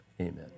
Amen